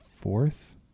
fourth